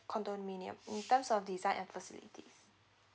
condominium in terms of design and facility